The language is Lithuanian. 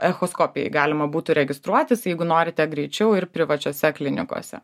echoskopijai galima būtų registruotis jeigu norite greičiau ir privačiose klinikose